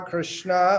Krishna